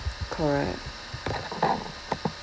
correct